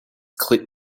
click